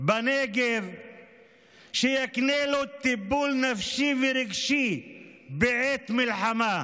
בנגב שיקנה לו טיפול נפשי ורגשי בעת מלחמה.